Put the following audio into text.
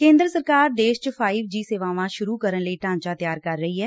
ਕੇਦਰ ਸਰਕਾਰ ਦੇਸ਼ ਚ ਫਾਈਵ ਜੀ ਸੇਵਾਵਾਂ ਸੁਰੂ ਕਰਨ ਲਈ ਢਾਂਚਾ ਤਿਆਰ ਕਰ ਰਹੀ ਐ